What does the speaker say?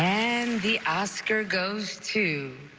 and the oscar goes to.